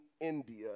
India